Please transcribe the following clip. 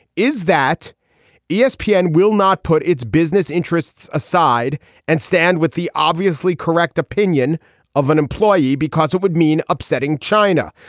is that yeah espn yeah and will not put its business interests aside and stand with the obviously correct opinion of an employee. because it would mean upsetting china.